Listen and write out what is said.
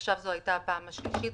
עכשיו הייתה הפעם השלישית.